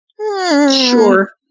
sure